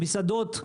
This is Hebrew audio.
מסעדות,